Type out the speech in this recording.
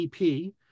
EP